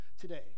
today